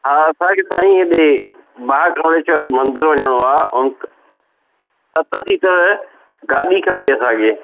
हा असांखे साईं हेॾे बालरामेश्वर मंदरु वञिणो आहे ऐं सत सीटर गाॾी खपे असांखे